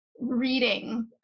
reading